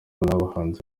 abahanzi